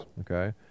okay